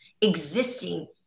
existing